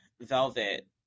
Velvet